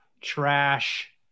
trash